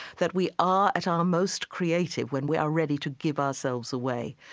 that we are at our most creative when we are ready to give ourselves away.